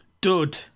dud